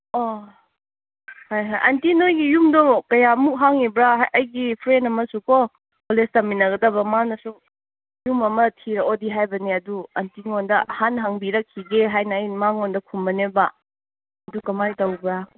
ꯑꯣ ꯍꯣꯏ ꯍꯣꯏ ꯑꯟꯇꯤ ꯅꯣꯏꯒꯤ ꯌꯨꯝꯗꯨ ꯀꯌꯥꯃꯨꯛ ꯍꯥꯡꯂꯤꯕ꯭ꯔꯥ ꯑꯩꯒꯤ ꯐ꯭ꯔꯦꯟ ꯑꯃꯁꯨꯀꯣ ꯀꯣꯂꯦꯖ ꯇꯝꯃꯤꯟꯅꯒꯗꯕ ꯃꯥꯅꯁꯨ ꯔꯨꯝ ꯑꯃ ꯊꯤꯔꯛꯑꯣꯗꯤ ꯍꯥꯏꯕꯅꯦ ꯑꯗꯨ ꯑꯟꯇꯤ ꯉꯣꯟꯗ ꯍꯥꯟꯅ ꯍꯪꯕꯤꯔꯛꯈꯤꯒꯦ ꯍꯥꯏꯅ ꯑꯩꯅ ꯃꯉꯣꯟꯗ ꯈꯨꯝꯕꯅꯦꯕ ꯑꯗꯨ ꯀꯃꯥꯏꯅ ꯇꯧꯕ꯭ꯔꯥ